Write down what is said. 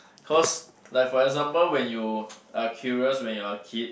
cause like for example when you are curious when you are kid